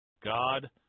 God